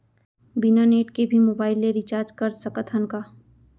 बिना नेट के भी मोबाइल ले रिचार्ज कर सकत हन का?